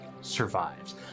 survives